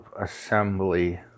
assembly